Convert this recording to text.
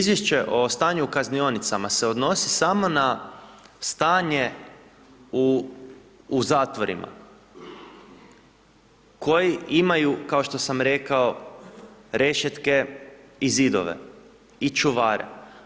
Izvješće o stanju u kaznionicama se odnosi samo na stanje u zatvorima koji imaju kao što sam rekao rešetke i zidove i čuvare.